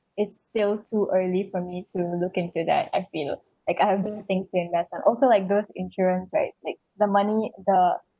it's still too early for me to look into that I feel like I haven't think in that like also like like those insurance like someone needs the